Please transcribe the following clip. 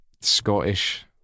Scottish